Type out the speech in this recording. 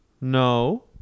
No